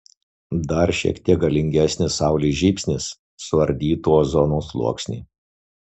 dar šiek tiek galingesnis saulės žybsnis suardytų ozono sluoksnį